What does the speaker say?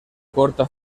corta